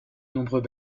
nombreux